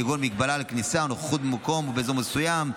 כגון הגבלה על כניסה או נוכחות במקום או באזור מסוים,